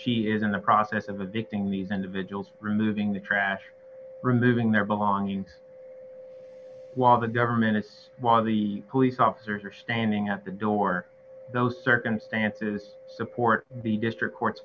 she is in the process of addicting the event vigils removing the trash removing their belongings while the government it's one of the police officers are standing at the door those circumstances support the district court